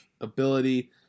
ability